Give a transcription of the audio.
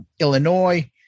Illinois